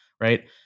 Right